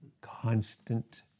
Constant